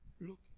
look